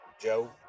joe